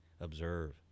observe